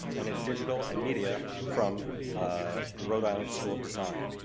and in digital and media from ah the rhode island school of design.